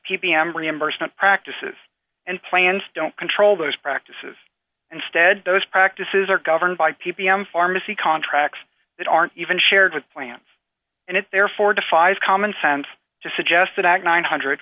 m reimbursement practices and plans don't control those practices and stead those practices are governed by p p m pharmacy contracts that aren't even shared with plants and it therefore defies common sense to suggest that ag nine hundred